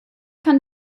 kann